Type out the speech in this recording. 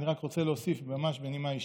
אני רק רוצה להוסיף ממש בנימה אישית: